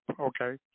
okay